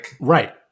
Right